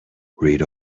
read